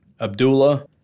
Abdullah